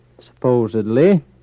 supposedly